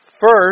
first